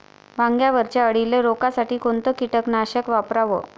वांग्यावरच्या अळीले रोकासाठी कोनतं कीटकनाशक वापराव?